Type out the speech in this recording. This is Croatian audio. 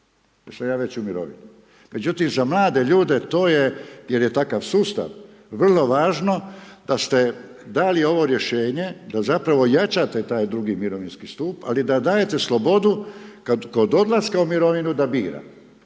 jer sam ja već u mirovini. Međutim, za mlade ljude to je, jer je takav sustav vrlo važno da ste dali ovo rješenje da zapravo jačate taj drugi mirovinski stup, ali da dajete slobodu kod odlaska u mirovinu da bira,